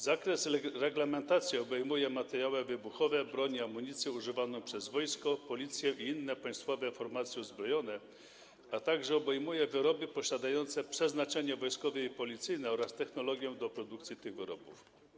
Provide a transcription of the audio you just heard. Zakres reglamentacji obejmuje materiały wybuchowe, broń i amunicję używaną przez wojsko, Policję i inne państwowe formacje uzbrojone, a także wyroby posiadające przeznaczenie wojskowe i policyjne oraz technologię do produkcji tych wyrobów.